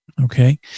Okay